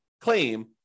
claim